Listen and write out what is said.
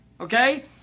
okay